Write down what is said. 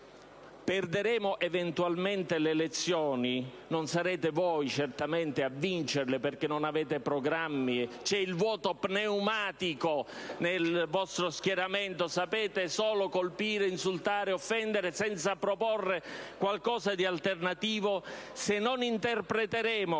Perderemo eventualmente le elezioni, ma non sarete certamente voi a vincerle, perché non avete programmi: c'è il vuoto pneumatico nel vostro schieramento, sapete solo colpire, insultare, offendere, senza proporre qualcosa di alternativo. Perderemo